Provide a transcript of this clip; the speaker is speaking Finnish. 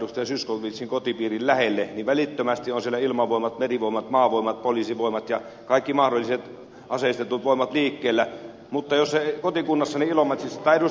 zyskowiczin kotipiirin lähelle niin välittömästi on siellä ilmavoimat merivoimat maavoimat poliisivoimat ja kaikki mahdolliset aseistetut voimat liikkeellä mutta jos kotikunnassani ilomantsissa tai ed